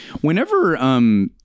Whenever